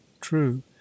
True